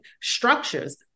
structures